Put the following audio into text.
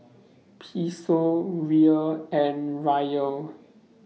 Peso Riel and Riyal